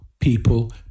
people